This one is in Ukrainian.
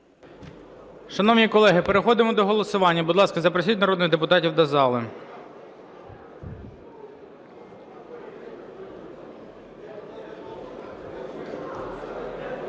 Шановні колеги, переходимо до голосування. Будь ласка, запросіть народних депутатів до залу.